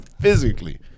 physically